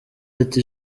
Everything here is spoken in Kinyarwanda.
ati